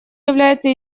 является